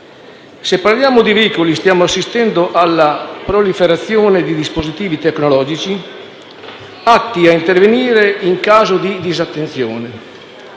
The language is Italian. Se parliamo di veicoli stiamo assistendo alla proliferazione di dispositivi tecnologici atti ad intervenire in caso di disattenzione: